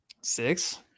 Six